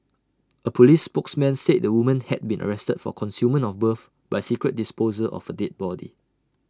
A Police spokesman said the woman had been arrested for concealment of birth by secret disposal of A dead body